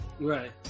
right